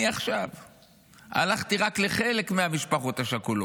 אני הלכתי רק לחלק מהמשפחות השכולות,